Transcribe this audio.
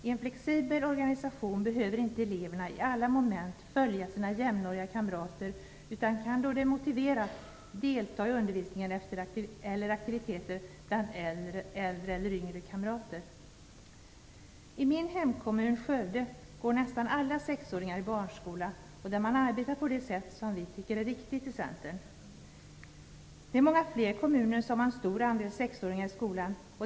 I en flexibel organisation behöver inte eleverna i alla moment följa sina jämnåriga kamrater, utan de kan då det är motiverat delta i undervisning eller aktiviteter bland äldre eller yngre kamrater. I min hemkommun Skövde går nästan alla sexåringar i barnskola, och där arbetar man på det sätt som vi i Centern tycker är riktigt. Det är många fler kommuner som har en stor andel sexåringar i skolan.